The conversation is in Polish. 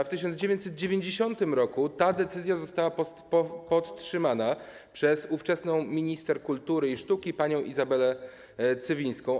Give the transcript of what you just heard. W 1990 r. ta decyzja została podtrzymana przez ówczesną minister kultury i sztuki panią Izabellę Cywińską.